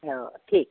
हाँ ठीक है